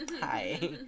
hi